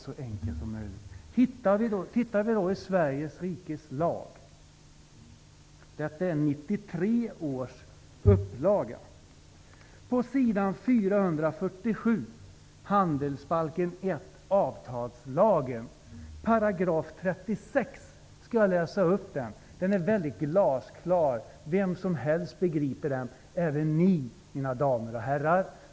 Låt oss titta i Sveriges rikes lag, 1993 års upplaga, s. 447 handelsbalken 1, 36 § avtalslagen. Jag skall läsa upp vad som står där, det är glasklart. Vem som helst begriper det, även ni mina damer och herrar.